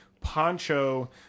poncho